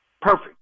perfect